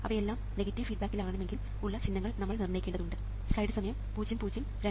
അവ എല്ലാം നെഗറ്റീവ് ഫീഡ്ബാക്കിൽ ആകണമെങ്കിൽ ഉള്ള ചിഹ്നങ്ങൾ നമ്മൾ നിർണ്ണയിക്കേണ്ടതുണ്ട്